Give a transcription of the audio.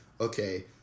okay